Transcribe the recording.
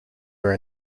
were